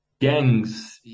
gangs